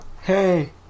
Hey